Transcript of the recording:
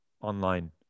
online